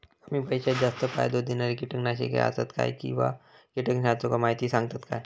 कमी पैशात जास्त फायदो दिणारी किटकनाशके आसत काय किंवा कीटकनाशकाचो माहिती सांगतात काय?